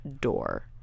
door